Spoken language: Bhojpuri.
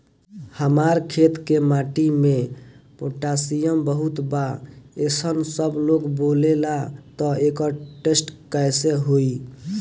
हमार खेत के माटी मे पोटासियम बहुत बा ऐसन सबलोग बोलेला त एकर टेस्ट कैसे होई?